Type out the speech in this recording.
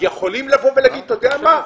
יכול לבוא ולומר ברוך הבא,